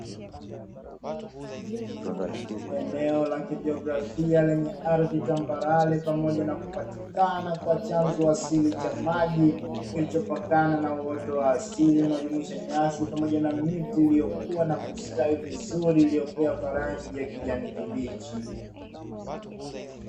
Eneo la kijografia lenye ardhi tambarare pamoja nakupatikana Kwa chanzo asili cha maji kilichopakana na uwoto wa asili, unaojumuisha nyasi pamoja na miti iliyokuwa na kustawi vizuri ya rangi ya kijani kibichi.